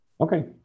Okay